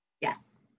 Yes